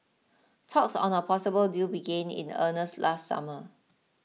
talks on a possible deal began in earnest last summer